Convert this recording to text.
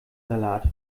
salat